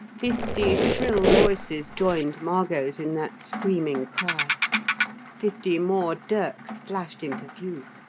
fifty shrill voices joined margot's in that screaming cry fifty more dirks flashed into view.